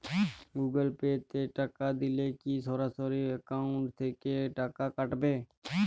Google Pay তে টাকা দিলে কি সরাসরি অ্যাকাউন্ট থেকে টাকা কাটাবে?